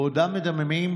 בעודם מדממים,